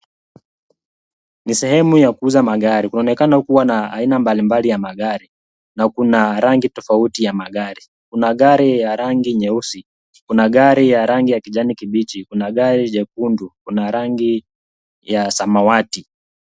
Ni sehemu ya kuuza magari kunaonekana kuwa na aina mbalimbali ya magari na kuna rangi tofauti ya magari . Kuna gari ya rangi nyeusi, kuna gari ya rangi ya kijani kibichi, kuna gari jekundu , kuna rangi ya samawati .